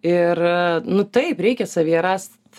ir nu taip reikia savyje rast